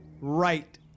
right